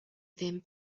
ddim